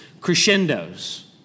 crescendos